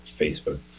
Facebook